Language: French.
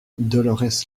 dolorès